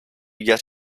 get